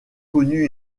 connu